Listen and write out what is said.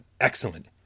Excellent